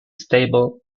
stable